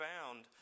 found